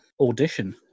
audition